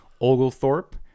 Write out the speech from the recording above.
Oglethorpe